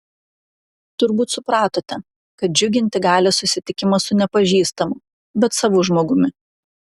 turbūt supratote kad džiuginti gali susitikimas su nepažįstamu bet savu žmogumi